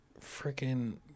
freaking